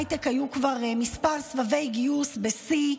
בהייטק היו כבר כמה סבבי גיוס בשיא,